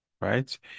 right